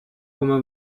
come